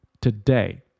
today